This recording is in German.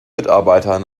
mitarbeiter